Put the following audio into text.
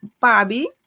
Bobby